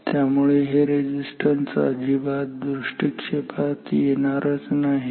त्यामुळे हे रेझिस्टन्स अजिबात दृष्टीक्षेपात येणारच नाहीत